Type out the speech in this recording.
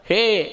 Hey